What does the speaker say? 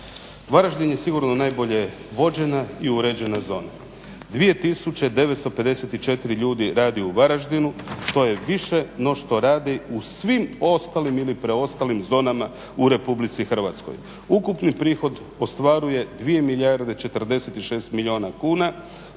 Varaždin je sigurno najbolje vođena i uređena zona. 2954 ljudi radi u Varaždinu. To je više no što radi u svim ostalim ili preostalim zonama u Republici Hrvatskoj. Ukupni prihod ostvaruje 2 milijarde 46 milijuna kuna,